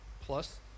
Plus